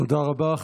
תודה רבה.